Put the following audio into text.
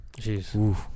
Jeez